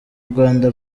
rwanda